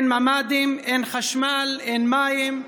אין ממ"דים, אין חשמל, אין מים,